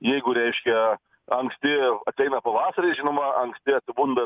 jeigu reiškia anksti ateina pavasaris žinoma anksti atsibunda